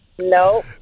no